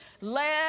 Let